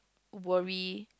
worry